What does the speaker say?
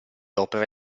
opere